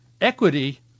Equity